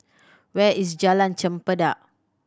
where is Jalan Chempedak